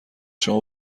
شما